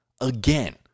again